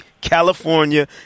California